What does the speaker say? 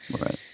Right